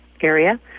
area